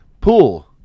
pool